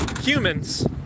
humans